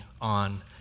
on